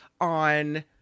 on